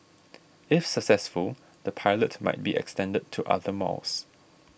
if successful the pilot might be extended to other malls